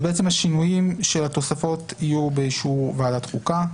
השינויים של התוספות יהיו באישור ועדת חוקה,